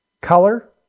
color